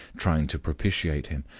trying to propitiate him.